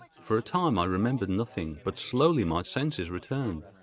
for a time i remembered nothing but slowly my senses returned.